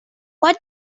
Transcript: what